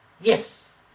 Yes